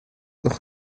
noch